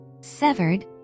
Severed